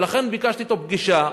ולכן ביקשתי אתו פגישה.